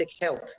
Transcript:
health